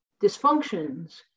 dysfunctions